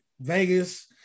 Vegas